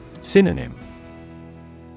Synonym